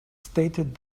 stated